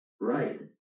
Right